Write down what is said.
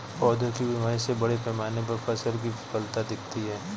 पौधों की बीमारी से बड़े पैमाने पर फसल की विफलता दिखती है